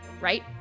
right